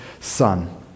Son